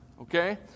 okay